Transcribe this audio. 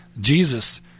Jesus